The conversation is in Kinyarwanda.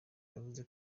yavuze